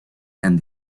and